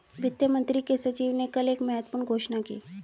वित्त मंत्री के सचिव ने कल एक महत्वपूर्ण घोषणा की